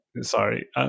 sorry